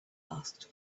asked